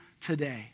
today